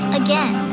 again